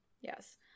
Yes